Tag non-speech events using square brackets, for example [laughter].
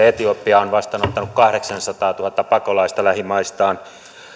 [unintelligible] etiopia on vastaanottanut kahdeksansataatuhatta pakolaista lähimaistaan